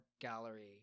gallery